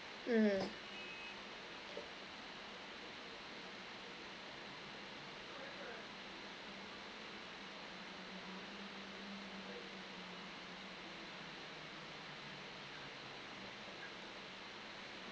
mm